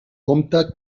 compte